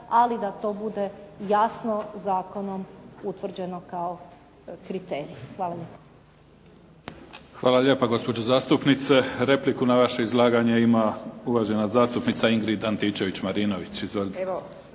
ali da to bude jasno zakonom utvrđeno kao kriteriji. Hvala lijepo. **Mimica, Neven (SDP)** Hvala lijepa gospođo zastupnice. Repliku na vaše izlaganje ima uvažena zastupnica Ingrid Antičević-Marinović.